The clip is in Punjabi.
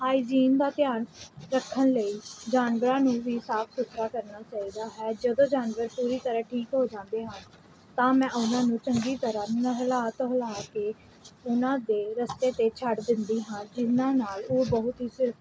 ਹਾਈਜੀਨ ਦਾ ਧਿਆਨ ਰੱਖਣ ਲਈ ਜਾਨਵਰਾਂ ਨੂੰ ਵੀ ਸਾਫ ਸੁਥਰਾ ਕਰਨਾ ਚਾਹੀਦਾ ਹੈ ਜਦੋਂ ਜਾਨਵਰ ਪੂਰੀ ਤਰ੍ਹਾਂ ਠੀਕ ਹੋ ਜਾਂਦੇ ਹਨ ਤਾਂ ਮੈਂ ਉਹਨਾਂ ਨੂੰ ਚੰਗੀ ਤਰ੍ਹਾਂ ਨਹਿਲਾ ਧੁਲਾ ਕੇ ਉਹਨਾਂ ਦੇ ਰਸਤੇ 'ਤੇ ਛੱਡ ਦਿੰਦੀ ਹਾਂ ਜਿਹਨਾਂ ਨਾਲ ਉਹ ਬਹੁਤ ਹੀ ਸ